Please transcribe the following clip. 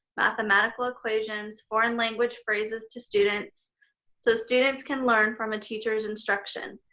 mathematical equations, foreign language phrases to students so students can learn from a teacher's instruction.